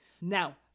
Now